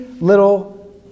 little